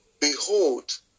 behold